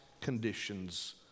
conditions